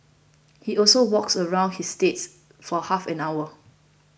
he also walks around his estate for half an hour